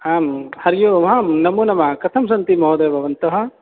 आं हरिः ओम् आं नमो नमः कथम् सन्ति महोदय भवन्तः